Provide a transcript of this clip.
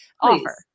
offer